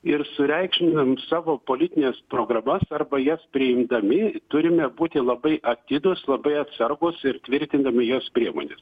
ir sureikšminam savo politines programas arba jas priimdami turime būti labai atidūs labai atsargūs ir tvirtindami jos priemones